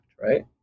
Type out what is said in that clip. right